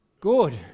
good